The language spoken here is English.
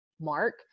Mark